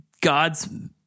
God's